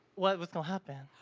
why, what's gonna happen?